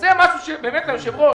אדוני היושב-ראש.